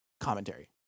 commentary